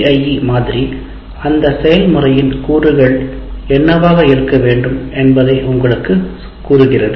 ADDIE மாதிரி அந்த செயல்முறையின் கூறுகள் என்னவாக இருக்க வேண்டும் என்பதை உங்களுக்குக் கூறுகிறது